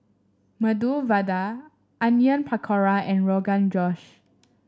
Medu Vada Onion Pakora and Rogan Josh